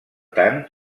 tant